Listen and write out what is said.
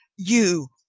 you!